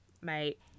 mate